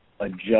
adjust